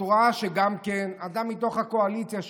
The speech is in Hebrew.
את רואה שגם מתוך הקואליציה שלך,